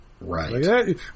Right